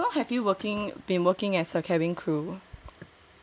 so how long have you working been working as a cabin crew